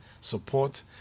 support